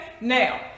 now